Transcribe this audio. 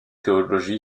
théologie